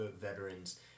veterans